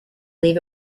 leave